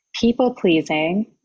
people-pleasing